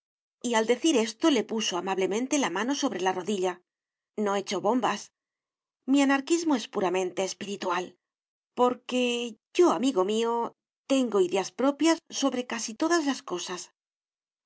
amigoy al decir esto le puso amablemente la mano sobre la rodilla no echo bombas mi anarquismo es puramente espiritual porque yo amigo mío tengo ideas propias sobre casi todas las cosas